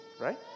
right